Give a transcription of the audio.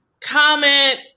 comment